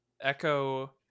echo